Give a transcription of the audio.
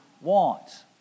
wants